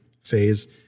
phase